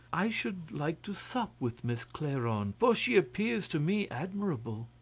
i should like to sup with miss clairon, for she appears to me admirable.